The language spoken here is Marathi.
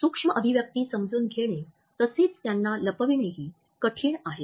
सूक्ष्म अभिव्यक्ती समजून घेणे तसेच त्यांना लपविणेही कठीण आहे